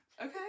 Okay